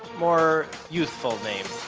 more youthful name,